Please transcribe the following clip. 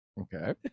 Okay